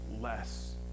less